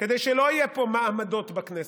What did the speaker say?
כדי שלא יהיו פה מעמדות בכנסת,